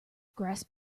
grasp